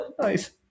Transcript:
Nice